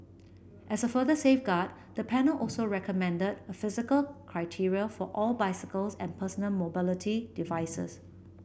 as a further safeguard the panel also recommended a physical criteria for all bicycles and personal mobility devices